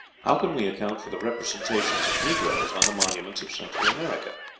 how can we account for the representations of negroes on the monuments of central america?